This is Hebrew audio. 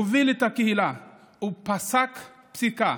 הוביל את הקהילה ופסק פסיקה